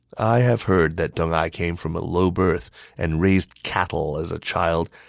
i have heard that deng ai came from a low birth and raised cattle as a child.